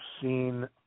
seen